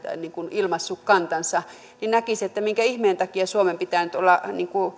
ilmaissut kantansa niin minkä ihmeen takia suomen pitää nyt olla